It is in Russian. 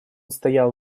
стоял